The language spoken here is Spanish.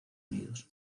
unidos